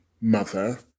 mother